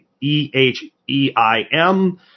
E-H-E-I-M